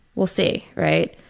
we'll see. right?